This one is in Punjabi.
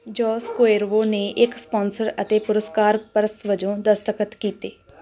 ਜੋਸ ਕੁਏਰਵੋ ਨੇ ਇੱਕ ਸਪੋਂਸਰ ਅਤੇ ਪੁਰਸਕਾਰ ਪਰਸ ਵਜੋਂ ਦਸਤਖਤ ਕੀਤੇ